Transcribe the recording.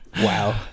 wow